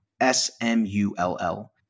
S-M-U-L-L